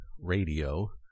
Radio